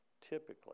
typically